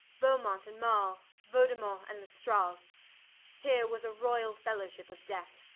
beaumont and marle, vandemont and lestrale. here was a royall fellowship of death